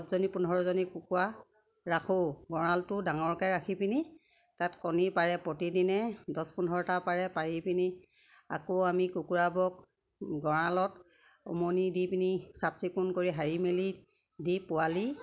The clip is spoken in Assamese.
দছজনী পোন্ধৰজনী কুকুৰা ৰাখোঁ গঁৰালটো ডাঙৰকে ৰাখি পিনি তাত কণী পাৰে প্ৰতিদিনে দছ পোন্ধৰটা পাৰে পাৰি পিনি আকৌ আমি কুকুৰা বোৰক গঁৰালত উমনি দি পিনি চাফ চিকুণ কৰি হাৰি মেলি দি পোৱালি